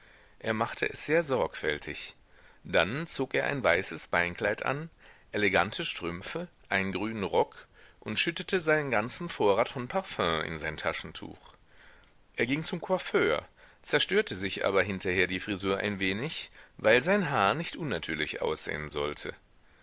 er machte es sehr sorgfältig dann zog er ein weißes beinkleid an elegante strümpfe einen grünen rock und schüttete seinen ganzen vorrat von parfüm in sein taschentuch er ging zum coiffeur zerstörte sich aber hinterher die frisur ein wenig weil sein haar nicht unnatürlich aussehen sollte